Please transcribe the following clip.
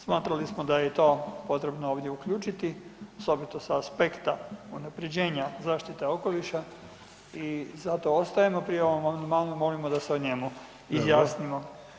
Smatrali smo da je to potrebno ovdje uključiti, osobito s aspekta unaprjeđenja zaštite okoliša i zato ostajemo pri ovom amandmanu, molimo da se o njemu izjasnimo.